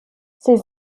ses